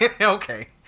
Okay